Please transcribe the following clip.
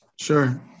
Sure